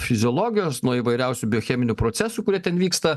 fiziologijos nuo įvairiausių biocheminių procesų kurie ten vyksta